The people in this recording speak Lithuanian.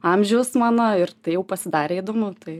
amžius mano ir tai jau pasidarė įdomu tai